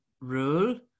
rule